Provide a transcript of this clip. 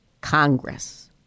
Congress